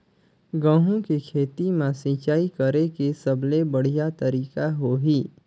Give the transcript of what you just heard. गंहू के खेती मां सिंचाई करेके सबले बढ़िया तरीका होही?